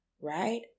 right